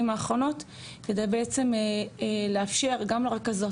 האחרונות כדי בעצם לאפשר גם לרכזות,